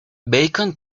bacon